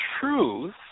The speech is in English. truth